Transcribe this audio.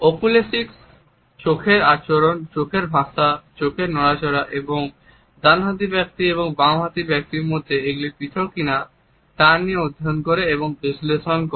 oculesics চোখের আচরণ চোখের ভাষা চোখের নড়াচড়া এবং ডানহাতি ব্যক্তি ও বামহাতি ব্যক্তির মধ্যে এগুলি পৃথক কিনা তা নিয়ে অধ্যয়ন করে এবং বিশ্লেষণ করে